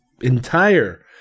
entire